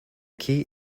key